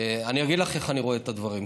אני אגיד לך איך אני רואה את הדברים.